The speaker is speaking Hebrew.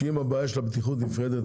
שאם הבעיה של הבטיחות נפתרת,